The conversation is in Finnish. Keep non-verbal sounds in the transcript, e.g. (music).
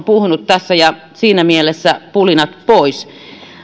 (unintelligible) puhunut ja siinä mielessä pulinat pois